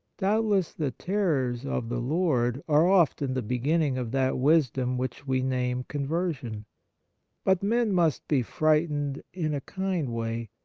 doubtless the terrors of the lord are often the beginning of that wisdom which we name conversion but men must be frightened in a kind way,